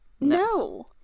no